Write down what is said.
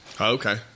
Okay